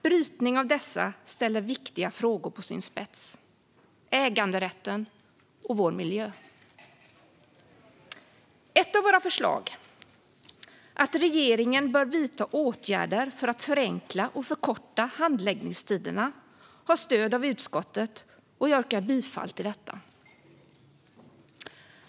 Brytning av dessa ställer viktiga frågor på sin spets: äganderätten och vår miljö. Ett av våra förslag, att regeringen bör vidta åtgärder för att förenkla och förkorta handläggningstiderna, har stöd av utskottet, och jag yrkar bifall till detta förslag.